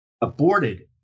aborted